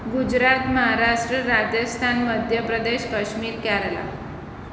Gujarat Maharashtra Rajasthan Madhya Pradesh Kashmir Kerala